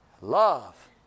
Love